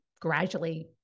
gradually